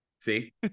See